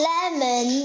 Lemon